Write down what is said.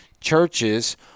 churches